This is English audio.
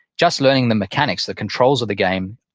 just learning the mechanics, the controls of the game,